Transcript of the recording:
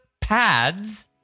Pads